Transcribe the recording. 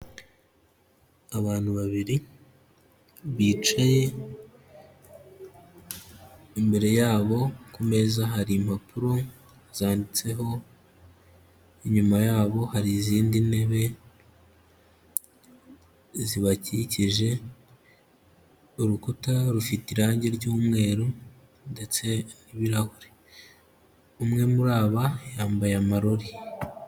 Abantu babiri bicaye imbere yabo kumeza hari impapuro zanditseho, inyuma yabo hari izindi ntebe zibakikije, urukuta rufite irange ry'umweru ndetse n'ibirahure, umwe muri aba yambaye amarori.